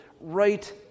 right